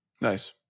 nice